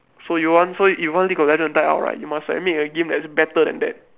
so you want you one day got league-of-legends die out right you must make a game that is better than that